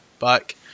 back